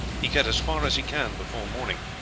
he get as far as he can before morning.